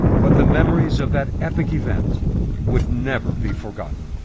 but the memories of that epic event would never be forgotten.